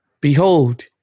Behold